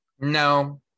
No